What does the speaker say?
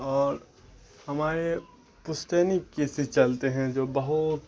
اور ہمارے پشتینی کیسے چلتے ہیں جو بہت